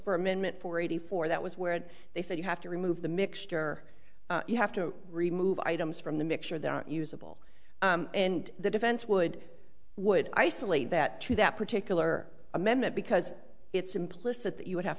for amendment for eighty four that was where they said you have to remove the mixture you have to remove items from the make sure they're not usable and the defense would would isolate that to that particular amendment because it's implicit that you would have